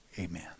amen